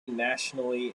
nationally